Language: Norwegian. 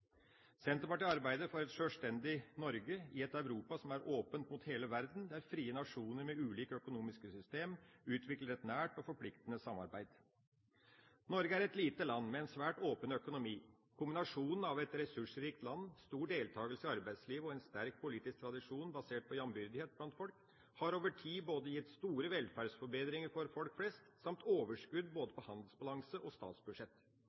Senterpartiet arbeider for et sjølstendig Norge i et Europa som er åpent mot hele verden, der frie nasjoner med ulike økonomiske systemer utvikler et nært og forpliktende samarbeid. Norge er et lite land med en svært åpen økonomi. Kombinasjonen av et ressursrikt land, stor deltagelse i arbeidslivet og en sterk politisk tradisjon basert på jambyrdighet blant folk har over tid gitt store velferdsforbedringer for folk flest, samt overskudd både på handelsbalanse og statsbudsjett.